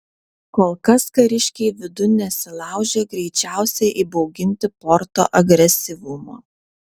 kol kas kariškiai vidun nesilaužė greičiausiai įbauginti porto agresyvumo